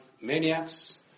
Maniacs